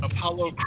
Apollo